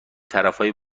طرفای